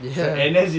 ya